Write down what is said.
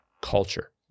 culture